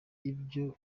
ibyo